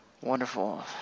Wonderful